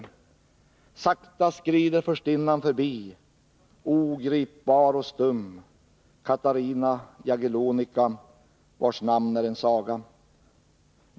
Sakta skrider furstinnan förbi, ogripbar och stum: Katarina Jagellonika, vars namn är en saga.